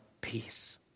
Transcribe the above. peace